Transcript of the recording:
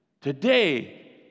Today